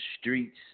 Streets